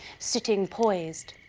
sitting poised.